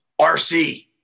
rc